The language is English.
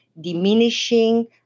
diminishing